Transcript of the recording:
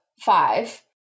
five